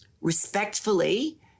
respectfully